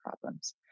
problems